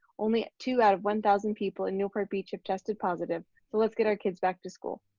only two out one thousand people in newport beach have tested positive. so let's get our kids back to school.